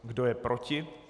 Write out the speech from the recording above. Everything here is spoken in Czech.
Kdo je proti?